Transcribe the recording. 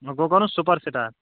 اَتھ گوٚو بَرُن سوٗپَر سِٹار